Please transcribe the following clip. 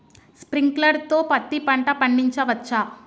Sprinkler తో పత్తి పంట పండించవచ్చా?